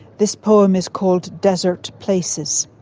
this poem is called desert places.